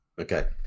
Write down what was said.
Okay